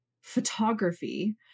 photography